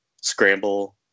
scramble